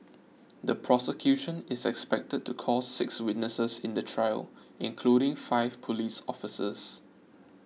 the prosecution is expected to call six witnesses in the trial including five police officers